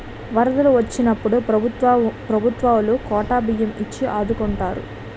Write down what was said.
వరదలు వొచ్చినప్పుడు ప్రభుత్వవోలు కోటా బియ్యం ఇచ్చి ఆదుకుంటారు